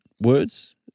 words